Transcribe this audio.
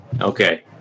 Okay